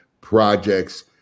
projects